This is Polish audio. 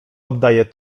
oddaje